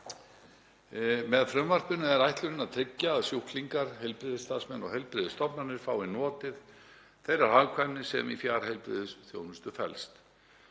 Með frumvarpinu er ætlunin að tryggja að sjúklingar, heilbrigðisstarfsmenn og heilbrigðisstofnanir fái notið þeirrar hagkvæmni sem í fjarheilbrigðisþjónustu felst.